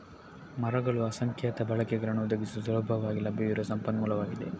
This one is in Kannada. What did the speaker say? ಮರಗಳು ಅಸಂಖ್ಯಾತ ಬಳಕೆಗಳನ್ನು ಒದಗಿಸುವ ಸುಲಭವಾಗಿ ಲಭ್ಯವಿರುವ ಸಂಪನ್ಮೂಲವಾಗಿದೆ